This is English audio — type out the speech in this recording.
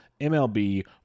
MLB